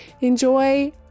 Enjoy